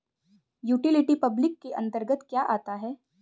Utility public के अंतर्गत क्या आता है?